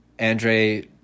Andre